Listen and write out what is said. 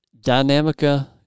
Dynamica